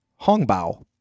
Hongbao